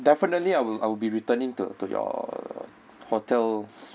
definitely I'll I'll be returning to your hotel